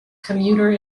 commuter